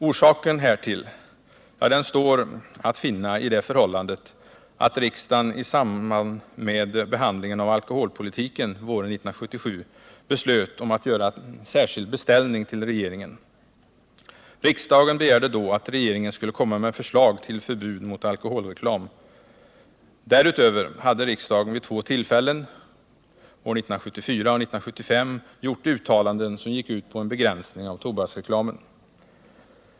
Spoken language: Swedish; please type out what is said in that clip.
Orsaken härtill står att finna i det förhållandet att riksdagen i samband med behandlingen av alkoholpolitiken våren 1977 beslöt att göra en särskild beställning till regeringen. Riksdagen begärde då att regeringen skulle komma med förslag till förbud mot alkoholreklam. Därutöver hade riksdagen vid två tillfällen —-åren 1974 och 1975 — gjort uttalanden som gick ut på en begränsning av tobaksreklamen.